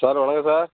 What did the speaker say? sir வணக்கம் sir